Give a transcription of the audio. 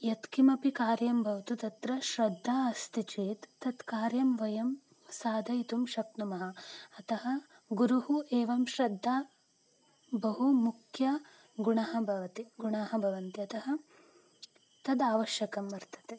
यत्किमपि कार्यं भवतु तत्र श्रद्धा अस्ति चेत् तत् कार्यं वयं साधयितुं शक्नुमः अतः गुरुः एवं श्रद्धा बहु मुख्यगुणौ भवतः गुणाः भवन्ति अतः तदावश्यकं वर्तते